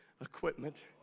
equipment